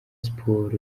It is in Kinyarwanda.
sports